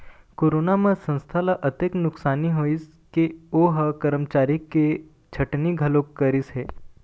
corona म संस्था ल अतेक नुकसानी होइस के ओ ह करमचारी के छटनी घलोक करिस हे